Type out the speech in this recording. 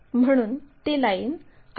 म्हणून ती लाईन आपण पाहू शकत नाही